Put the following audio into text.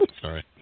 Sorry